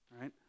right